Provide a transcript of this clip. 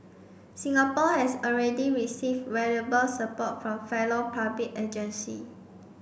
Singapore has already received valuable support from fellow public agency